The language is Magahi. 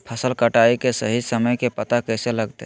फसल कटाई के सही समय के पता कैसे लगते?